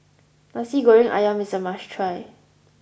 Nasi Goreng Ayam is a must try